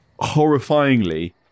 horrifyingly